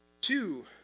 two